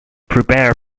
prepare